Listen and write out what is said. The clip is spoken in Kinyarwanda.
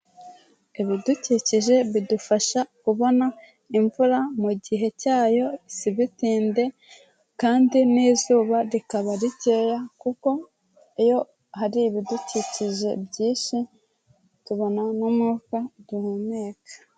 Ibidukikije bidufasha kubona imvura mu gihe cyayo sibitinde, kandi n'izuba rikaba rikeya kuko iyo hari ibidukikije byinshi tubona n'umwuka duhumeka.